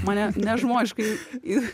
mane nežmoniškai ir